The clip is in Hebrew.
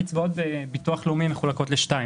קצבאות ביטוח לאומי מחולקות לשני חלקים.